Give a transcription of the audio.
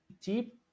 cheap